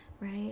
right